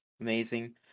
amazing